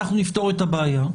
אנחנו נפתור את הבעיה.